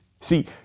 See